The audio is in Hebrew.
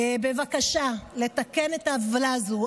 בבקשה לתקן את העוולה הזאת.